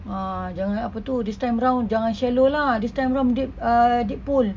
uh jangan apa tu this time around jangan shallow lah this time round deep uh deep pool